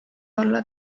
olla